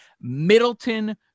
Middleton